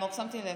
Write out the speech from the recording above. שמתי לב.